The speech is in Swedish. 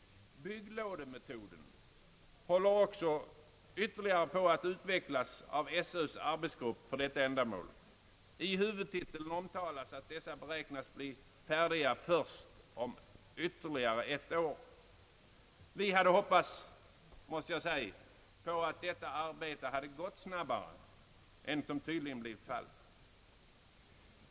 »Bygglådemetoden» håller också ytterligare på att utvecklas av SÖ:s arbetsgrupp för detta ändamål. I huvudtiteln omtalas, att dessa beräknas bli färdiga först om ytterligare ett år. Vi hade hoppats att detta arbete hade gått snabbare än som tydligen blivit fallet.